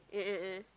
mm mm mm